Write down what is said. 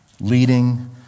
leading